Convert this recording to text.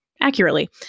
accurately